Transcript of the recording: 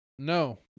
no